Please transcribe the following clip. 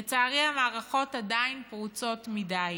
לצערי, רוב המערכות עדיין פרוצות מדי.